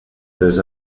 tres